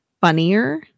funnier